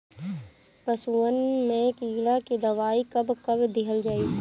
पशुअन मैं कीड़ा के दवाई कब कब दिहल जाई?